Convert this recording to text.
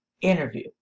interview